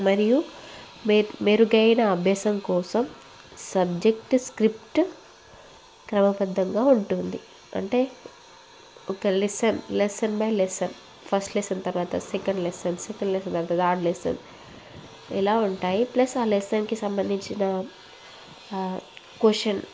మరియు మెరుగైన అభ్యాసం కోసం సబ్జెక్టు స్క్రిప్ట్ క్రమబద్ధంగా ఉంటుంది అంటే ఒక lesson lesson by lesson first lesson తర్వాత సెకండ్ లెసన్ సెకండ్ లెసన్ తర్వాత థర్డ్ లెసన్ ఇలా ఉంటాయి ప్లస్ ఆ లెసన్కి సంబంధించిన ఆ క్వశ్చన్